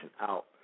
out